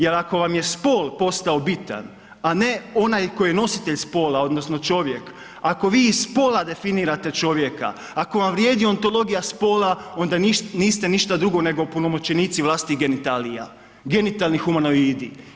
Jer ako vam je spol postao bitan a ne onaj koji je nositelj spola odnosno čovjek, ako vi iz spola definirate čovjeka, ako vam vrijedi ontologija spola onda niste ništa drugo nego opunomoćenici vlastitih genitalija, genitalni humanoidi.